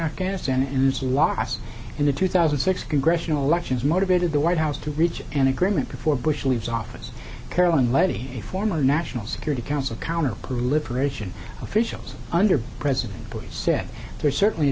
afghanistan and its loss in the two thousand six congressional elections motivated the white house to reach an agreement before bush leaves office caroline leddy a former national security council counterproliferation officials under president bush said there is certainly